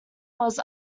was